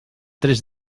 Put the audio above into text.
tres